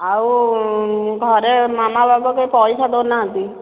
ଆଉ ଘରେ ମାମା ବାବା ବି ପଇସା ଦେଉନାହାନ୍ତି